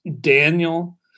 daniel